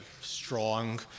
strong